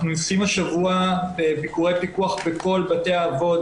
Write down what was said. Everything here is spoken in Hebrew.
אנחנו יוצאים השבוע לביקורי פיקוח בכל בתי האבות,